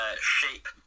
shape